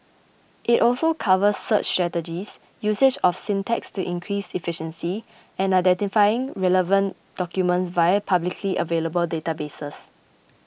it also covers search strategies usage of syntax to increase efficiency and identifying relevant documents via publicly available databases